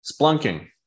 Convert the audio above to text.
Splunking